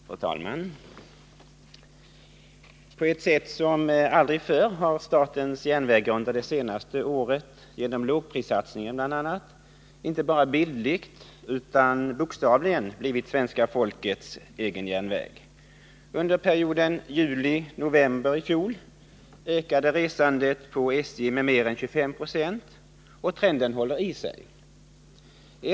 Fru talman! På ett sätt som aldrig förr har statens järnvägar under det senaste året genom bl.a. lågprissatsningen inte bara bildligt utan också bokstavligen blivit svenska folkets egen järnväg. Under perioden juli-november ökade resandet på SJ med mer än 25 96, och trenden håller i sig.